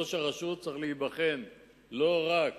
ראש הרשות צריך להיבחן לא רק